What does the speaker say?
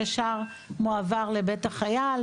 ישר מועבר לבית החייל,